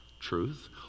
truth